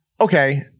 Okay